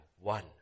one